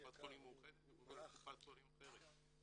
קופת חולים מאוחדת או קופת חולים אחרת.